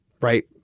Right